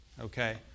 Okay